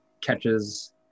catches